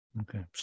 Okay